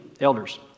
elders